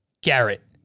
Garrett